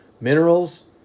Minerals